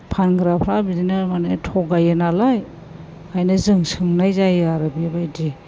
फानग्राफ्रा बिदिनो माने थगायो नालाय ओंखायनो जों सोंनाय जायो आरो बेबायदि